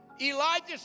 Elijah